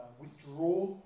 withdraw